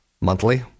monthly